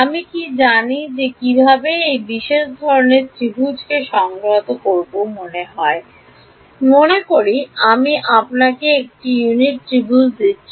আমি কী জানি যে কীভাবে একটি বিশেষ ধরণের ত্রিভুজকে সংহত করতে হয় মনে করি আমি আপনাকে একটি ইউনিট ত্রিভুজ দিচ্ছি